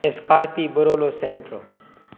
scorpio bolero Santro